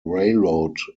railroad